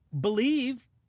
believe